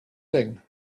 thing